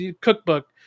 cookbook